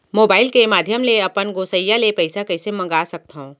Mobile के माधयम ले अपन गोसैय्या ले पइसा कइसे मंगा सकथव?